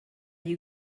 you